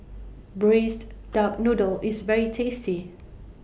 Braised Duck Noodle IS very tasty